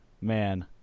man